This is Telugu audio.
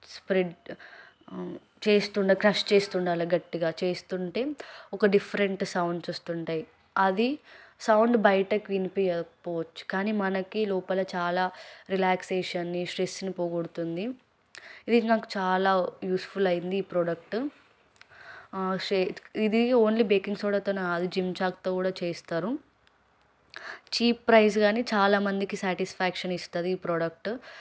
స్ప్రెడ్ చేస్తుండ క్రష్ చేస్తుండాలి గట్టిగా చేస్తుంటే ఒక డిఫరెంట్ సౌండ్స్ వస్తుంటాయి అది సౌండ్ బయటకు వినిపించకపోవచ్చు కానీ మనకి లోపల చాలా రిలాక్సేషన్ని స్ట్రెస్ని పోగొడుతుంది ఇది నాకు చాలా యూజ్ఫుల్ అయింది ఈ ప్రోడక్ట్ ఇది ఓన్లీ బేకింగ్ సోడాతో కాదు జిమ్ చాక్తో కూడా చేస్తారు చీప్ ప్రైజ్ కానీ చాలా మందికి సాటిస్ఫాక్షన్ ఇస్తుంది ఈ ప్రోడక్ట్